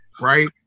right